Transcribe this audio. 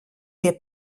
pie